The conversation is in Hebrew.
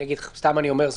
סתם אני אומר,